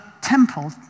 temple